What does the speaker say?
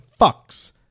fucks